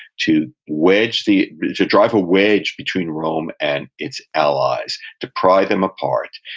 to wedge the, to drive a wedge between rome and its allies, to pry them apart,